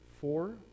four